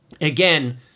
Again